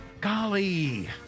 Golly